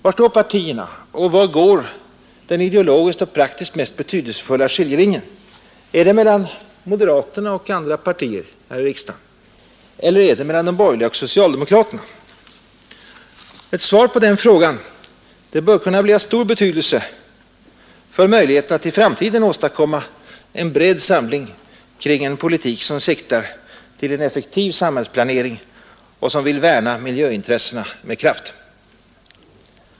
Var står partierna och var går den ideologiskt och praktiskt mest betydelsefulla skiljelinjen? Går den mellan moderaterna och de övriga partierna eller går den mellan de borgerliga och socialdemokraterna? Ett svar på den frågan bör kunna bli av stor betydelse för möjligheten att i framtiden åstadkomma en bred samling kring en politik som siktar till en effektiv samhällsplanering och vill värna miljöintressena med kraft.